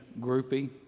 groupie